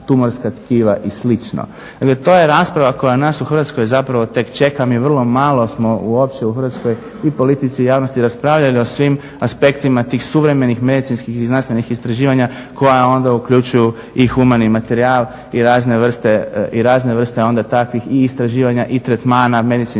tumorska tkiva i slično. Dakle, to je rasprava koja nas u Hrvatskoj zapravo tek čeka. Mi vrlo malo smo uopće u Hrvatskoj i politici i javnosti raspravljali o svim aspektima tih suvremenih medicinskih i znanstvenih istraživanja koja onda uključuju i humani materijal i razne vrste onda takvih i istraživanja i tretmana medicinskih